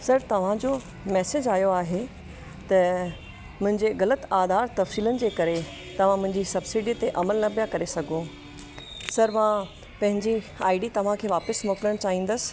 sir तव्हांजो message आहियो आहे त मुंहिंजे ग़लति आधारु तफ़सील जे करे तहां मुंहिंजी सब्सिडी ते अमल न पिया करे सघो सर मां पंहिंजी आईडी तव्हांखे वापसि मोकिलणु चाहींदसि